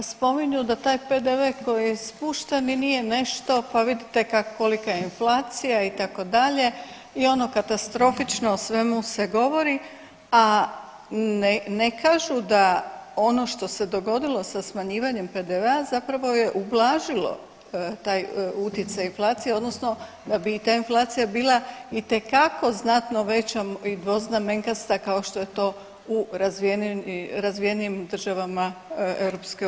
Spominju da taj PDV koji je spušteni i nije nešto pa vidite kolika je inflacija itd. i ono katastrofično o svemu se govori, a ne kažu da ono što se dogodilo sa smanjivanjem PDV-a zapravo je ublažilo taj utjecaj inflacije odnosno da bi i ta inflacija bila itekako znatno veća i dvoznamenkasta kao što je to u razvijenijim državama EU.